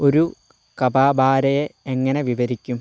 ഒരു കപാബാരയെ എങ്ങനെ വിവരിക്കും